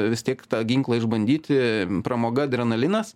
vis tiek tą ginklą išbandyti pramoga adrenalinas